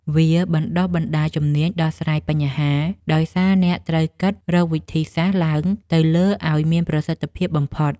វាបណ្ដុះបណ្ដាលជំនាញដោះស្រាយបញ្ហា ដោយសារអ្នកត្រូវគិតរកវិធីសាស្ត្រឡើងទៅលើឱ្យមានប្រសិទ្ធភាពបំផុត។